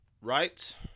Right